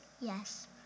Yes